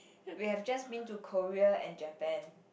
we have just been to Korea and Japan